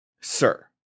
Sir